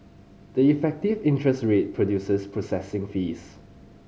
the effective interest rate includes processing fees